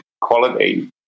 quality